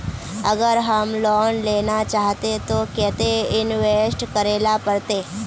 अगर हम लोन लेना चाहते तो केते इंवेस्ट करेला पड़ते?